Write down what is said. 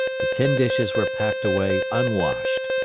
the tin dishes were packed away unwashed.